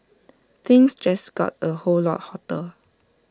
things just got A whole lot hotter